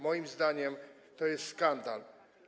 Moim zdaniem to jest skandal.